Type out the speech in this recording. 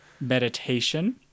meditation